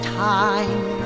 time